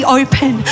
open